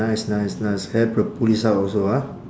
nice nice nice help the police out also ah